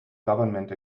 government